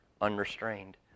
unrestrained